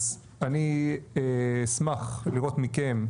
אז אני אשמח לראות מכם,